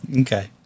Okay